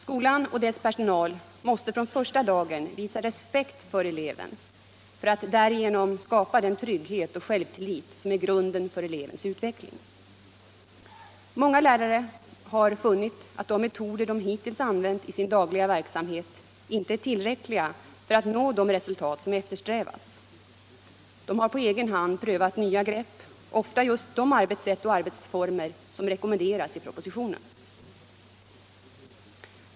Skolan och dess personal måste från första dagen visa respekt för eleven för att därigenom skapa den trygghet och självtillit som är grunden för elevens utveckling. Många lärare har funnit att de metoder de hittills använt i sin dagliga verksamhet inte är tillräckliga för att nå de resultat som eftersträvas. De har på egen hand prövat nya grepp, ofta just de arbetssätt och arbetsformer som rekommenderas i propositionen.